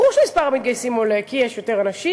ברור שמספר המתגייסים עולה כי יש יותר אנשים,